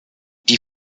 die